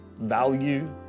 value